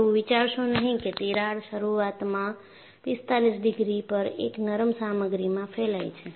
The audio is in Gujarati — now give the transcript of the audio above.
એવું વિચારશો નહીં કે તિરાડ શરૂઆતમાં 45 ડિગ્રી પર એક નરમ સામગ્રીમાં ફેલાય છે